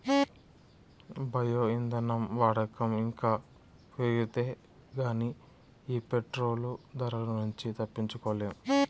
bio ఇంధనం వాడకం ఇంకా పెరిగితే గానీ ఈ పెట్రోలు ధరల నుంచి తప్పించుకోలేం